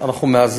הבאה: